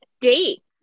dates